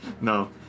No